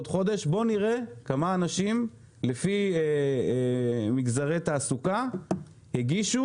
בוא נראה כמה אנשים לפי מגזרי תעסוקה הגישו